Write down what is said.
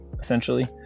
essentially